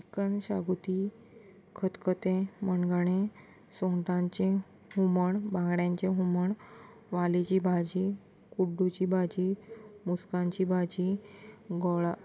chicken xacuti खतखतें मणगणें सुंगटांचे हुमण बांगड्यांचे हुमण वालीची भाजी कुड्डूची भाजी मुल्कांची भाजी गोळा